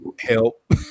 help